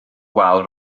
wal